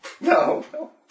No